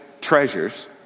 treasures